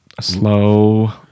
slow